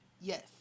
Yes